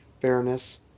fairness